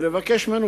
ולבקש ממנו,